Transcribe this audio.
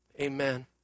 Amen